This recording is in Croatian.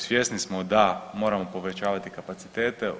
Svjesni smo da moramo povećavati kapacitete.